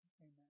Amen